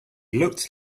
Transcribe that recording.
looked